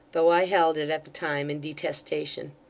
though i held it, at the time, in detestation.